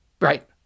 Right